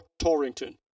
Torrington